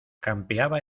campeaba